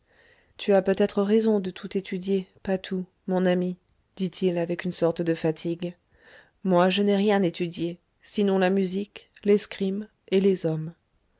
tu as peut-être raison de tout étudier patou mon ami dit-il avec une sorte de fatigue moi je n'ai rien étudié sinon la musique l'escrime et les hommes